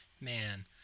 Man